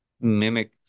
mimic